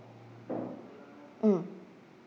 mm